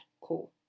cool